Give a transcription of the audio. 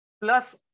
plus